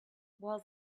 while